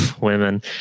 women